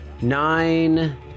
nine